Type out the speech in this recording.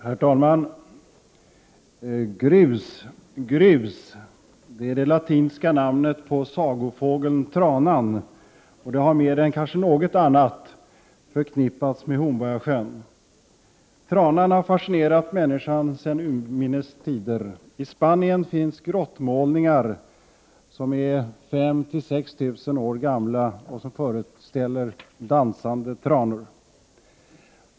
Herr talman! Grus gruss det latinska namnet på sagofågeln tranan, har kanske mer än något annat förknippats med Hornborgasjön. Tranan har fascinerat människan sedan urminnes tider. I Spanien finns grottmålningar, som är 5 000—6 000 år gamla och som föreställer dansande tranor.